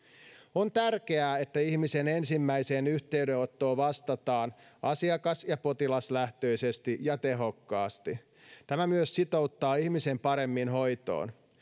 on tärkeää että ihmisen ensimmäiseen yhteydenottoon vastataan asiakas ja potilaslähtöisesti ja tehokkaasti tämä myös sitouttaa ihmisen paremmin hoitoon